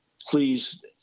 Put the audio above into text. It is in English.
please